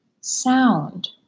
sound